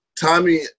Tommy